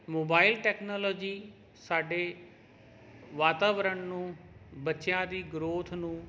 mobile technology ਸਾਡੇ ਵਾਤਾਵਰਣ ਨੂੰ ਬੱਚਿਆਂ ਦੀ ਗਰੋਥ ਨੂੰ